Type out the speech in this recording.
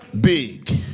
big